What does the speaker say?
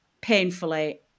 painfully